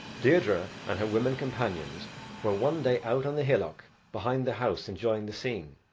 deirdre and her women companions were one day out on the hillock behind the house enjoying the scene,